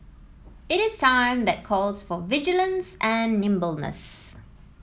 it is a time that calls for vigilance and nimbleness